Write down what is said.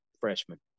freshman